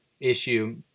issue